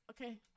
Okay